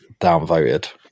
downvoted